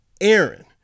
Aaron